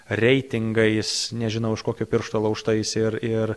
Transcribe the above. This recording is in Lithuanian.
reitingais nežinau iš kokio piršto laužtais ir ir